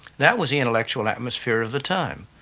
that was the intellectual atmosphere of the time,